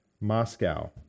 Moscow